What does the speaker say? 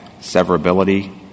severability